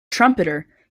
trumpeter